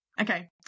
Okay